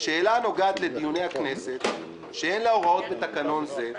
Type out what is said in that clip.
"שאלה הנוגעת לדיוני הכנסת שאין לה הוראה בתקנון זה,